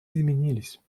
изменились